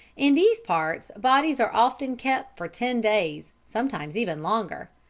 in these parts bodies are often kept for ten days sometimes even longer.